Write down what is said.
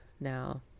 now